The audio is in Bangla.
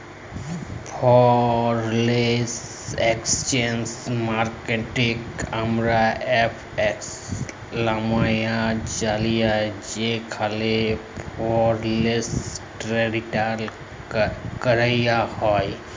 ফরেল একসচেঞ্জ মার্কেটকে আমরা এফ.এক্স লামেও জালি যেখালে ফরেলসি টেরেড ক্যরা হ্যয়